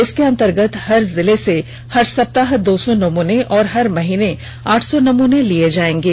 इसके अन्तर्गत हर जिले से हर सप्ताह दो सौ नमूने और हर महीने आठ सौ नमूने लिए जायेंगे